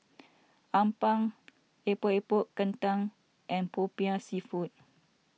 Appam Epok Epok Kentang and Popiah Seafood